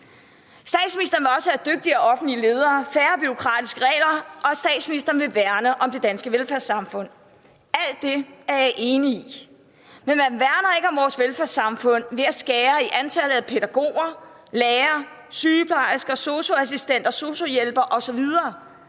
Statsministeren vil også have dygtigere offentlige ledere, færre bureaukratiske regler, og statsministeren vil værne om det danske velfærdssamfund. Alt det er jeg enig i. Men man værner ikke om vores velfærdssamfund ved at skære i antallet af pædagoger, lærere, sygeplejersker, SOSU-assistenter, SOSU-hjælpere osv.,